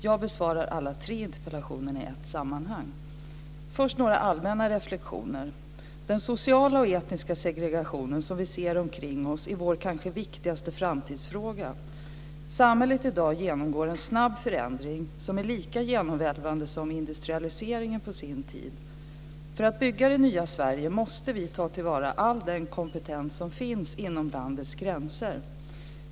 Jag besvarar alla tre interpellationerna i ett sammanhang. Först vill jag ge några allmänna reflexioner. Den sociala och etniska segregation som vi ser omkring oss är vår kanske viktigaste framtidsfråga. Samhället i dag genomgår en snabb förändring som är lika omvälvande som industrialiseringen på sin tid. För att bygga det nya Sverige måste vi ta till vara all den kompetens som finns inom landets gränser.